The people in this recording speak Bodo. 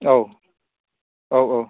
औ औ औ